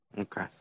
Okay